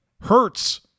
hurts